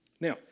Now